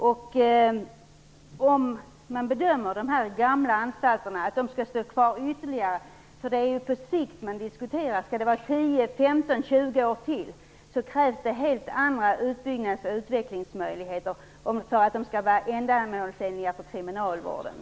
Diskussionen om huruvida dessa gamla anstalter skall vara kvar ännu en tid gäller om de skall kunna vara kvar på ytterligare 10, 15 eller 20 års sikt. För att de skall kunna vara ändamålsenliga för kriminalvården krävs det då helt andra utbyggnads och utvecklingsmöjligheter.